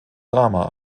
drama